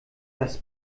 das